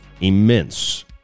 immense